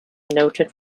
noted